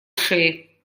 шее